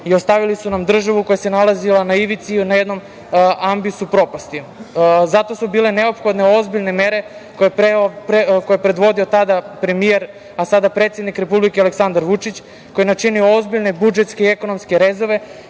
i ostavili su nam državu koja se nalazila na ivici, na jednom ambisu propasti, Zato su bile neophodne ozbiljne mere koje je predvodio tada premijer, a sada predsednik Republike, Aleksandar Vučić, koji je načinio ozbiljne budžetske i ekonomske rezove